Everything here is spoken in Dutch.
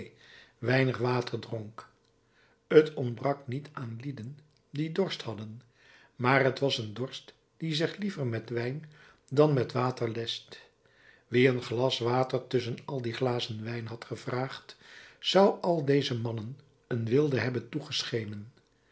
weinig water dronk t ontbrak niet aan lieden die dorst hadden maar t was een dorst die zich liever met wijn dan met water lescht wie een glas water tusschen al die glazen wijn had gevraagd zou al deze mannen een wilde hebben